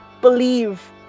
believe